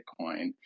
Bitcoin